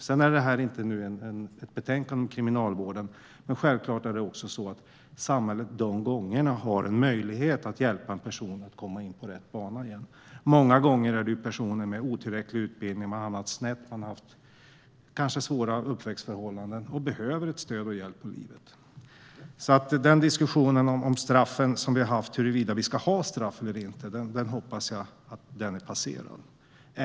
Nu är inte det här ett betänkande om kriminalvården, men självklart är det också så att samhället de gångerna har möjlighet att hjälpa en person att komma tillbaka in på rätt bana. Många gånger är det ju personer med otillräcklig utbildning. Man har hamnat snett, man kanske har haft svåra uppväxtförhållanden och man behöver stöd och hjälp i livet. Diskussionen som vi har haft om huruvida vi ska ha straff eller inte hoppas jag alltså är passerad.